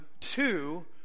Two